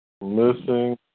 Missing